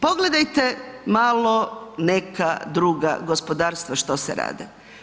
Pogledajte malo neka druga gospodarstva što sve rade.